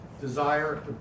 desire